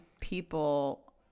people